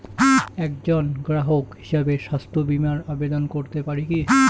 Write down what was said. একজন গ্রাহক হিসাবে স্বাস্থ্য বিমার আবেদন করতে পারি কি?